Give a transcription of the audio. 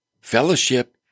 Fellowship